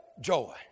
joy